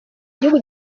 igihugu